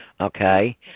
Okay